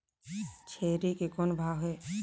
छेरी के कौन भाव हे?